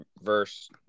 verse